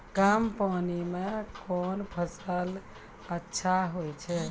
कम पानी म कोन फसल अच्छाहोय छै?